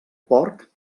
porc